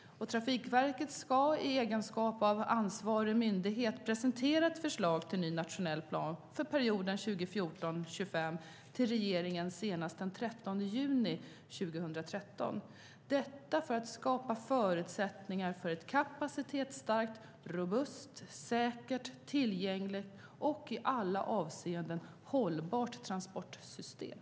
Trafikverket ska i egenskap av ansvarig myndighet presentera ett förslag till ny nationell plan för perioden 2014-2025 till regeringen senast den 13 juni 2013. Detta för att skapa förutsättningar för ett kapacitetsstarkt, robust, säkert, tillgängligt och i alla avseenden hållbart transportsystem.